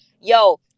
yo